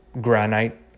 granite